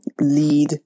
lead